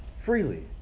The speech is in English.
freely